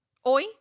hoy